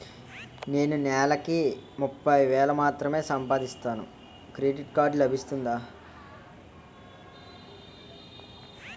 నేను నెల కి ముప్పై వేలు మాత్రమే సంపాదిస్తాను క్రెడిట్ కార్డ్ లభిస్తుందా?